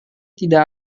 tidak